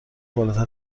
بالاتر